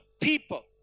people